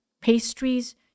pastries